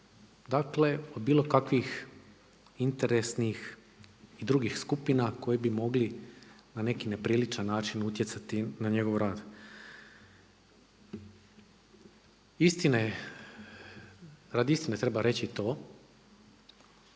dakle od bilo kakvih interesnih i drugih skupina koji bi mogli na neki nepriličan način utjecati na njegov rad. Istina je, radi istine treba reći to,